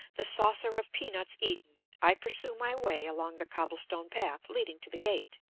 the saucer of peanuts eaten, i pursue my way along the cobblestone path leading to the gate,